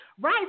Right